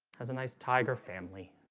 has a nice tiger family